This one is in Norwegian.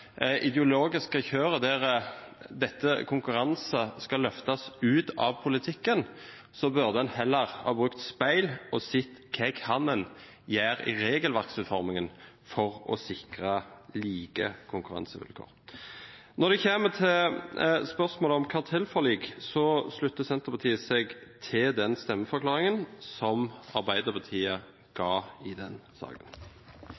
ideologiske kjøret der konkurransen skal løftes ut av politikken, burde en heller ha brukt speil og sett på hva en kan gjøre i regelverksutformingen for å sikre like konkurransevilkår. Når det gjelder spørsmålet om kartellforlik, slutter Senterpartiet seg til den stemmeforklaringen som Arbeiderpartiet